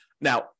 Now